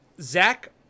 Zach